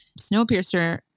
Snowpiercer